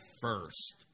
first